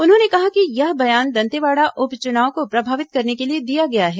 उन्होंने कहा कि यह बयान दंतेवाड़ा उप चुनाव को प्रभावित करने के लिए दिया गया है